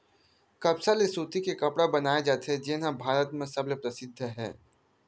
कपसा ले सूती के कपड़ा बनाए जाथे जेन ह भारत म सबले परसिद्ध हे